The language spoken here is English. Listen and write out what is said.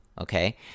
okay—